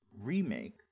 remake